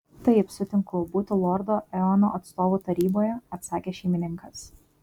taip sutinku būti lordo eono atstovu taryboje atsakė šeimininkas